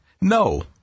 No